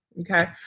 Okay